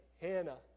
Hannah